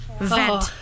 vent